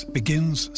begins